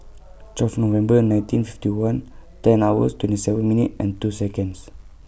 twelve November nineteen fifty one ten hours twenty seven minutes and two Seconds